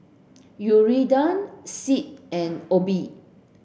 Yuridia Sid and Obie